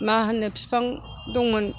मा होनो बिफां दंमोन